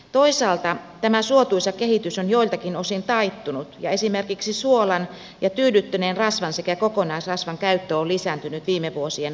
toisaalta tämä suotuisa kehitys on joiltakin osin taittunut ja esimerkiksi suolan ja tyydyttyneen rasvan sekä kokonaisrasvan käyttö on lisääntynyt viime vuosien aikana